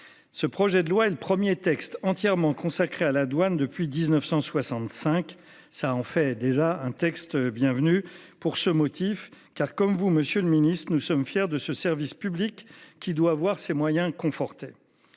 Ce projet de loi le 1er texte entièrement consacrée à la douane depuis 1965. Ça en fait déjà un texte bienvenue pour ce motif car comme vous Monsieur le Ministre, nous sommes fiers de ce service public qui doit voir ses moyens conforter.